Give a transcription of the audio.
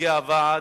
נציגי הוועד,